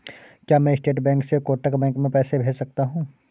क्या मैं State Bank से कोटक बैंक में पैसे भेज सकता हूँ?